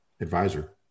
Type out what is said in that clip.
advisor